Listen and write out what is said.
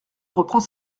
reprend